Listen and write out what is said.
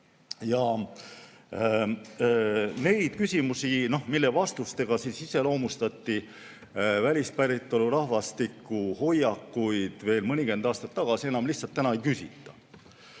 Neid küsimusi, mille vastustega iseloomustati välispäritolu rahvastiku hoiakuid veel mõnikümmend aastat tagasi, enam lihtsalt ei küsita.